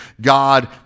God